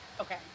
Okay